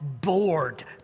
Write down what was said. bored